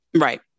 Right